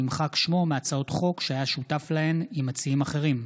נמחק שמו מהצעות חוק שהיה שותף להן עם מציעים אחרים.